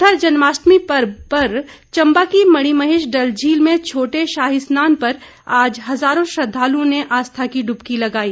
उधर जन्माष्टमी पर्व पर चंबा की मणिमहेश डल झील में छोटे शाही स्नान पर आज हजारों श्रद्वालुओं ने आस्था की डुबकी लगाई